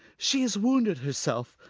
she has wounded herself.